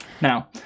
Now